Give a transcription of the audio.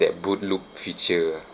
that boot loop feature ah